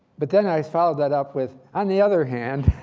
but then, i followed that up with on the other hand,